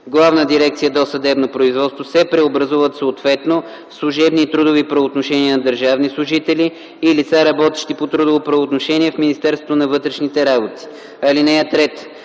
Главна дирекция „Досъдебно производство” се преобразуват съответно в служебни и трудови правоотношения на държавни служители и лица, работещи по трудово правоотношение в Министерството на вътрешните работи. (3)